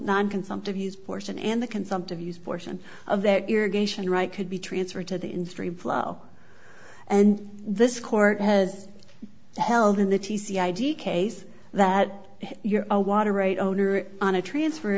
nine consumptive use portion and the consumptive use portion of that irrigation right could be transferred to the industry blow and this court has held in the t c id case that you're a water right owner on a transfer